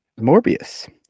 Morbius